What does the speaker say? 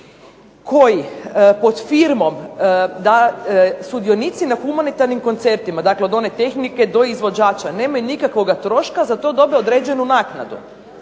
koji pod firmom da sudionici na humanitarnim koncertima, dakle od one tehnike do izvođača nemaju nikakvoga troška, za to dobe određenu naknadu.